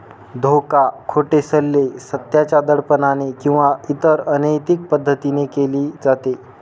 धोका, खोटे सल्ले, सत्याच्या दडपणाने किंवा इतर अनैतिक पद्धतीने केले जाते